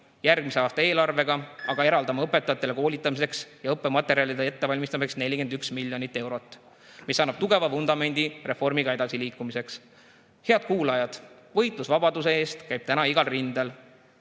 järgmise aasta eelarvega, et eraldada õpetajatele koolitamiseks ja õppematerjalide ettevalmistamiseks 41 miljonit eurot, mis annab tugeva vundamendi reformiga edasiliikumiseks. Head kuulajad! Võitlus vabaduse eest käib täna igal rindel.